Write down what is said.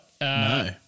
No